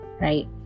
right